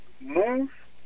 move